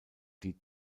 die